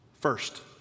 First